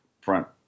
front